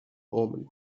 omen